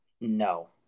No